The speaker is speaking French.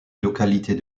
localités